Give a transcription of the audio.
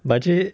but actually